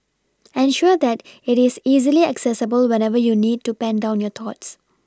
ensure that it is easily accessible whenever you need to pen down your thoughts